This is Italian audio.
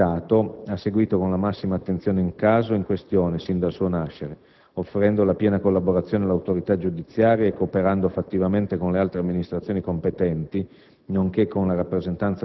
Al riguardo, il Comitato ha seguito con la massima attenzione il caso in questione sin dal suo nascere, offrendo la piena collaborazione all'autorità giudiziaria e cooperando fattivamente con le altre amministrazioni competenti,